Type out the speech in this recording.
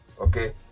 okay